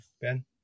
Ben